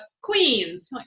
queens